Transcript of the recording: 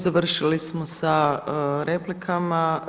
Završili smo sa replikama.